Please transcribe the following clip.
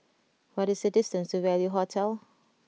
what is the distance to Value Hotel